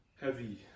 heavy